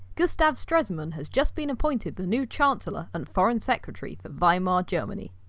gustav stresemann has just been appointed the new chancellor and foreign secretary for weimar germany.